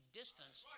distance